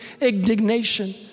indignation